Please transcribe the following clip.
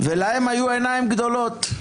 ולהם היו עיניים גדולות.